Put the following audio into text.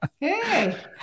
hey